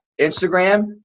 Instagram